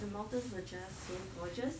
the mountains were just so gorgeous